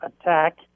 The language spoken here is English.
attack